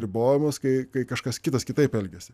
ribojimus kai kažkas kitas kitaip elgiasi